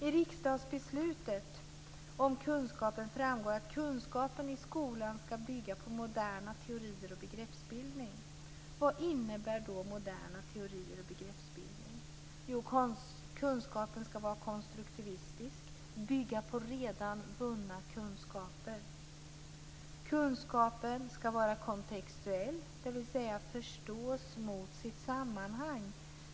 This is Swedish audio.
I riksdagsbeslutet om kunskapen framgår att kunskapen i skolan ska bygga på moderna teorier och begreppsbildning. Vad innebär då moderna teorier och begreppsbildning? Jo, kunskapen ska vara konstruktivistisk, dvs. bygga på redan vunna kunskaper. Kunskapen ska vara kontextuell, dvs. förstås mot sitt sammanhang.